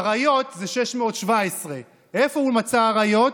אריות זה 617. איפה הוא מצא אריות?